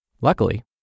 Luckily